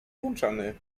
włączony